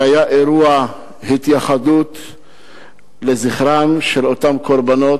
זה היה אירוע התייחדות לזכרם של אותם קורבנות,